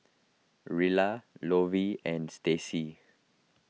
Rella Lovie and Stacy